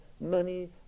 money